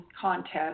contest